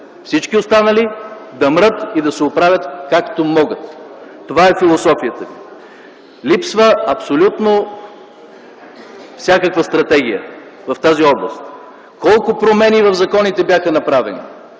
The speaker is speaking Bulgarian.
всички останали да мрат и да се оправят както могат. Това е философията ви. Липсва абсолютно всякаква стратегия в тази област. Колко промени в законите бяха направени,